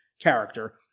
character